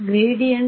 gradient